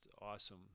awesome